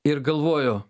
ir galvoju